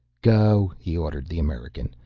go, he ordered the american.